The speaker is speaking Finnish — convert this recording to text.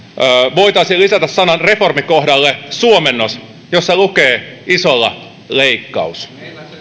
voitaisiin lisätä sanan reformi kohdalle suomennos jossa lukee isolla leikkaus nämä